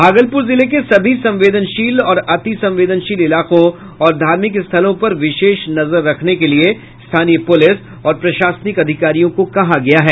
भागलपुर जिले के सभी संवेदनशील और अतिसंवेदनशील इलाकों और धार्मिक स्थलों पर विशेष नजर रखने के लिए स्थानीय पुलिस और प्रशासनिक अधिकारियों को कहा गया है